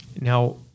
Now